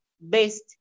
best